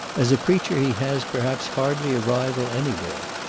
as a preacher he has, perhaps, hardly a rival any where.